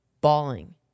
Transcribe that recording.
bawling